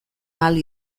ahal